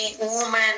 woman